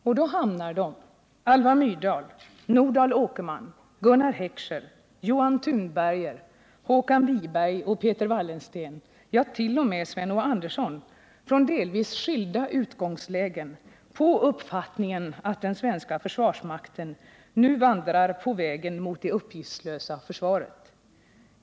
Och då hamnar de — Alva Myrdal, Nordal Åkerman, Gunnar Heckscher, Johan Tunberger, Håkan Wiberg och Peter Wallensten, ja, t.o.m. Sven O. Andersson — från delvis skilda utgångslägen, på uppfattningen att den svenska försvarsmakten nu vandrar på vägen mot det uppgiftslösa försvaret.